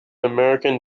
american